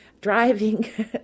driving